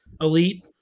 elite